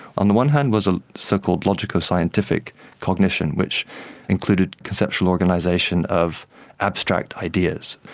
on the one hand was ah so-called logico-scientific cognition, which included conceptual organisation of abstract ideas.